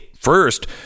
first